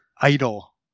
idol